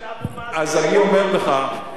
הוא אמר שליברמן שותף של אבו מאזן,